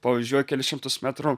pavažiuoju kelis šimtus metrų